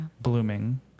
blooming